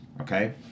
Okay